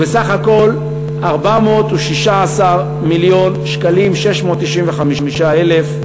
ובסך הכול, 416 מיליון ו-695,000 שקלים,